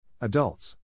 Adults